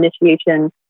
initiation